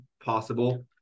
possible